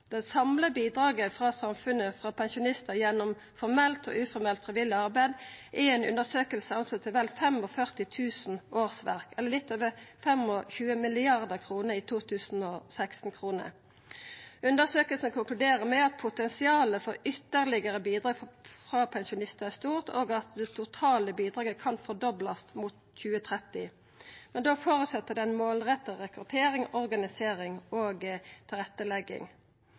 Det samla bidraget til samfunnet frå pensjonistar gjennom formelt og uformelt frivillig arbeid er i ei undersøking anslått til vel 45 000 årsverk, eller litt over 25 mrd. kr i 2016-kroner. Undersøkinga konkluderer med at potensialet for ytterlegare bidrag frå pensjonistar er stort, og at det totale bidraget kan doblast mot 2030. Men det føreset ei målretta rekruttering, organisering og